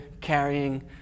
carrying